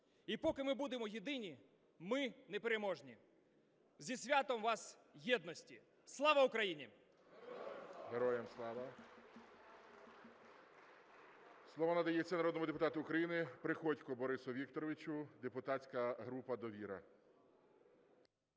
І поки ми будемо єдині, ми непереможні. Зі святом вас єдності. Слава Україні! ГОЛОВУЮЧИЙ. Героям слава! Слово надається народному депутату України Приходьку Борису Вікторовичу, депутатська група "Довіра".